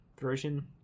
version